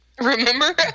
Remember